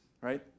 Right